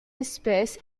espèce